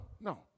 no